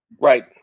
Right